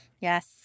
Yes